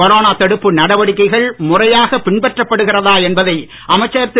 corona தடுப்பு நடவடிக்கைகள் முறையாகப் பின்பற்றப்படுகிறதா என்பதை அமைச்சர் திரு